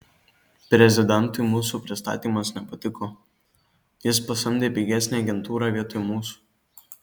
prezidentui mūsų pristatymas nepatiko jis pasamdė pigesnę agentūrą vietoj mūsų